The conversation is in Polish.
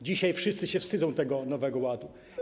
Dzisiaj wszyscy się wstydzą Nowego Ładu.